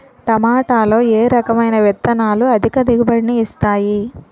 టమాటాలో ఏ రకమైన విత్తనాలు అధిక దిగుబడిని ఇస్తాయి